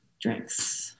drinks